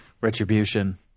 retribution